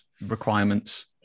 requirements